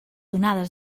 onades